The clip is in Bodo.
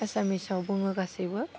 एसामिसाव बुङो गासैबो